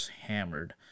hammered